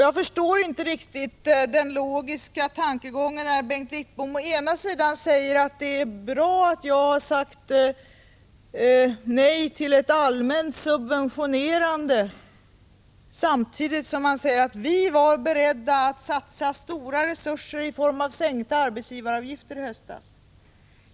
Jag förstår inte riktigt den logiska tankegången, när Bengt Wittbom säger att det är bra att jag har sagt nej till ett allmänt subventionerande, samtidigt som han säger att moderaterna var beredda att satsa stora resurser i form av sänkta arbetsgivaravgifter i höstas.